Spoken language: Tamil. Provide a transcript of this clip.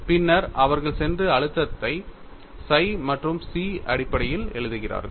பின்னர் அவர்கள் சென்று அழுத்தத்தை psi மற்றும் chi அடிப்படையில் எழுதுகிறார்கள்